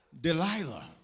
Delilah